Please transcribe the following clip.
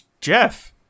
jeff